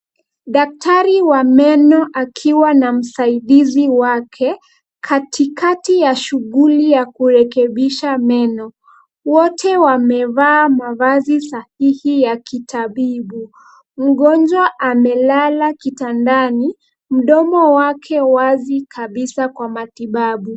Daktari wa meno akiwa na msaidizi wake katikati ya shughuli ya kurekebisha meno. Wote wamevaa mavazi sahihi ya kitabibu. Mgonjwa amelala kitandani, mdomo wake wazi kabisa kwa matibabu.